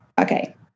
Okay